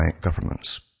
governments